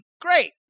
great